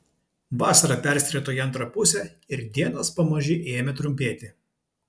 vasara persirito į antrą pusę ir dienos pamaži ėmė trumpėti